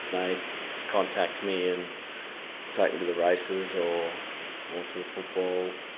they'd contact me and take me to the races or or to the football.